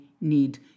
need